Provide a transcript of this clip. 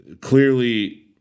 Clearly